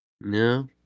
No